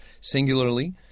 singularly